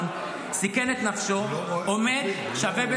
איך יכול להיות שיש חייל --- אתה יודע,